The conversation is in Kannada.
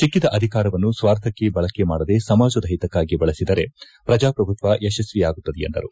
ಸಿಕ್ಕಿದ ಅಧಿಕಾರವನ್ನು ಸ್ವಾರ್ಥಕ್ಕೆ ಬಳಕೆ ಮಾಡದೇ ಸಮಾಜದ ಹಿತಕ್ಕಾಗಿ ಬಳಸಿದರೆ ಪ್ರಜಾಪ್ರಭುತ್ವ ಯಶಸ್ತಿಯಾಗುತ್ತದೆ ಎಂದರು